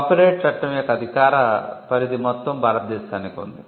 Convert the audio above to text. copyright చట్టం యొక్క అధికార పరిధి మొత్తం భారతదేశానికి ఉంది